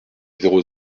zéro